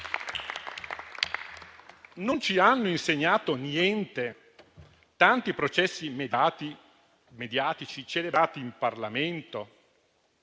Non ci hanno insegnato niente tanti processi mediatici celebrati in Parlamento,